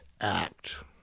act